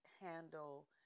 handle